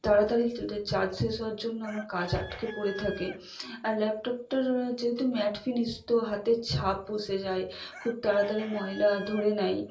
তাড়াতাড়ি চার্জ শেষ হওয়ার জন্য আমার কাজ আটকে পড়ে থাকে আর ল্যাপটপটার যেহেতু ম্যাট ফিনিস তো হাতের ছাপ বসে যায় খুব তাড়াতাড়ি ময়লা ধরে নেয়